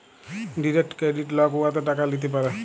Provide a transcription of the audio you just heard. direct credit লক উয়াতে টাকা ল্যিতে পারে